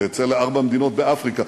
כשאצא לארבע מדינות באפריקה,